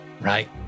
Right